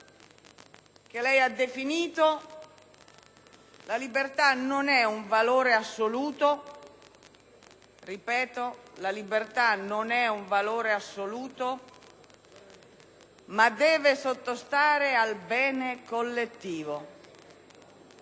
lei ha sostenuto che la libertà non è un valore assoluto, ma deve sottostare al bene collettivo;